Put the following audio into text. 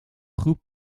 groep